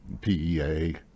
PEA